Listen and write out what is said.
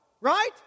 right